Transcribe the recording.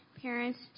Parents